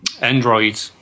Android